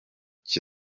nkusi